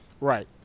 Right